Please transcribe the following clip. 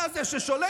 אתה זה ששולט.